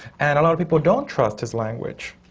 and a lot of people don't trust his language.